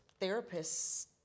therapists